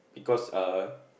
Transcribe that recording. because uh